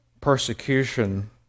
persecution